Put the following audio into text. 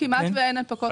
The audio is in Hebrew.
כמעט ואין הנפקות חדשות.